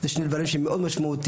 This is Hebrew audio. אלה שני דברים מאוד משמעותיים.